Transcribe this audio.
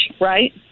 right